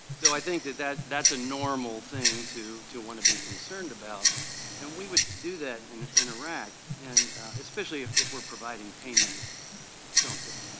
so i think that that is a normal thing to to want to be concerned about and we would do that and in iraq and especially if if we are providing payment for something.